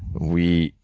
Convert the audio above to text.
we,